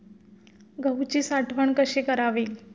गहूची साठवण कशी करावी?